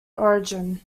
origin